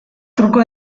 truko